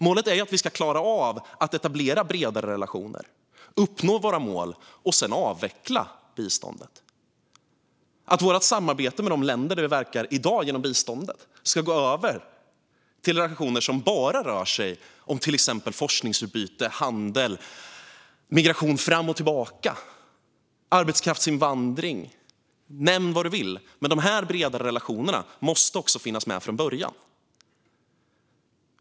Målet är att vi ska klara av att etablera bredare relationer, uppnå våra mål och sedan avveckla biståndet så att vårt samarbete med de länder där vi i dag verkar genom biståndet ska gå över till relationer som bara rör sig om till exempel forskningsutbyte, handel, migration fram och tillbaka, arbetskraftsinvandring - nämn vad du vill. Dessa bredare relationer måste dock också finnas med från början.